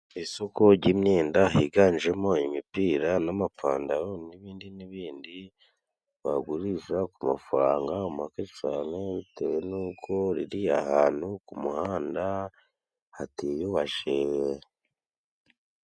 Isoko jy'imyenda higanjemo imipira n'amapantaro n'ibindi n'ibindi, bagurisha ku mafaranga make cane, bitewe n'uko ririya ahantu ku muhanda hatiyubashye.